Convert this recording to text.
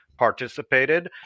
participated